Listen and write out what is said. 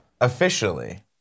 officially